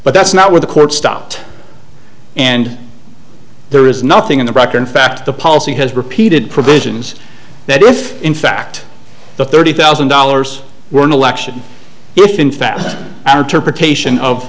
but that's not where the court stopped and there is nothing in the record in fact the policy has repeated provisions that if in fact the thirty thousand dollars were an election